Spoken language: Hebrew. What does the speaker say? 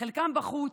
חלקם בחוץ,